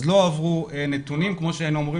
כך שלא הועברו נתונים כמו שהיינו אמורים